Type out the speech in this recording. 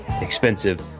expensive